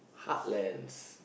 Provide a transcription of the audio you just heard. hard lanes